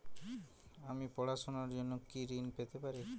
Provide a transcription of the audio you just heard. আমি পড়াশুনার জন্য কি ঋন পেতে পারি?